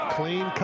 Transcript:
Clean